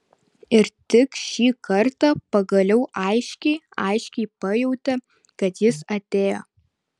ir tik šį kartą pagaliau aiškiai aiškiai pajautė kad jis atėjo